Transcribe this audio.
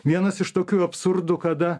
vienas iš tokių absurdų kada